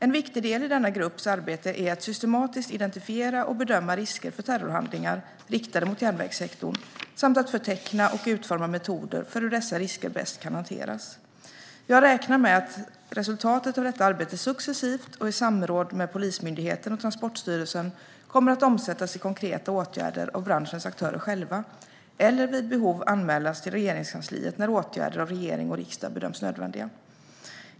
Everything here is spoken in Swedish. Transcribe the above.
En viktig del i denna grupps arbete är att systematiskt identifiera och bedöma risker för terrorhandlingar riktade mot järnvägssektorn samt att förteckna och utforma metoder för hur dessa risker bäst kan hanteras. Jag räknar med att resultatet av detta arbete successivt och i samråd med Polismyndigheten och Transportstyrelsen kommer att omsättas i konkreta åtgärder av branschens aktörer själva, eller vid behov anmälas till Regeringskansliet när åtgärder av regering och riksdag bedöms nödvändiga.